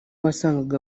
wasangaga